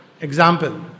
example